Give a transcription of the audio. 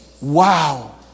Wow